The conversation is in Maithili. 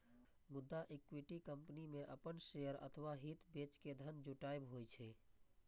मुदा इक्विटी कंपनी मे अपन शेयर अथवा हित बेच के धन जुटायब होइ छै